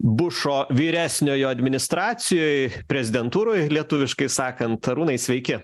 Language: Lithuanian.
bušo vyresniojo administracijoj prezidentūroj lietuviškai sakant arūnai sveiki